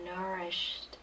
nourished